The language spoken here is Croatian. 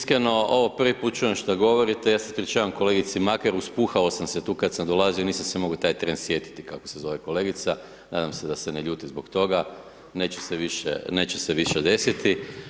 Iskreno ovo prvi puta čujem što govorite, ja se ispričavam kolegici Makar, uspuhao sam se tu kada sam dolazio, nisam se mogao taj tren sjetiti kako se zove kolegica, nadam se da se ne ljuti zbog toga, neće se više desiti.